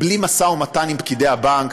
בלי משא ומתן עם פקידי הבנק,